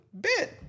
Bit